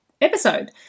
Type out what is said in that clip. episode